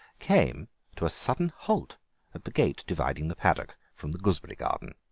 came to a sudden halt at the gate dividing the paddock from the gooseberry garden.